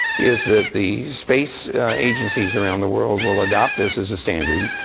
is that the space agencies around the world will adopt this is a standard.